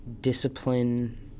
discipline